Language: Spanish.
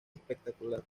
espectacular